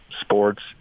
sports